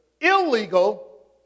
illegal